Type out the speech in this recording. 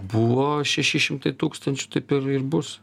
buvo šeši šimtai tūkstančių taip ir ir bus